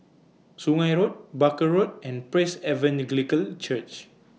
Sungei Road Barker Road and Praise Evangelical Church